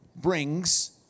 brings